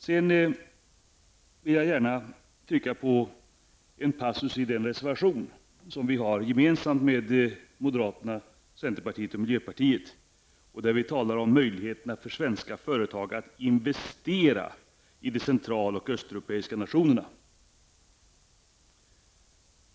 Sedan vill jag gärna trycka på en passus i den reservation som vi har gemensamt med moderaterna, centern och miljöpartiet och där vi talar om möjligheterna för svenska företag att investera i de central och östeuropeiska nationerna.